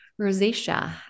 rosacea